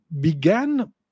began